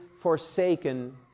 forsaken